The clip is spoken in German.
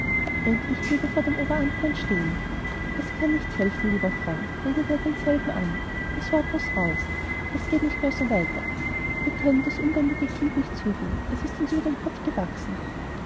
endlich blieb er vor dem oberamtmann stehen es kann nichts helfen lieber freund redete er denselben an das wort muß heraus es geht nicht mehr so weiter wir können das unbändige kind nicht zügeln es ist uns über den kopf gewachsen